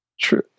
True